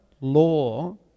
law